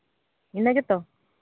ᱤᱱᱟᱹ ᱜᱮᱛᱚ